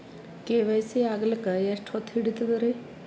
KYC ಆಗಲಕ್ಕ ಎಷ್ಟ ಹೊತ್ತ ಹಿಡತದ್ರಿ?